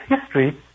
history